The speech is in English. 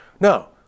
No